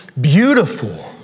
beautiful